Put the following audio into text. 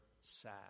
sad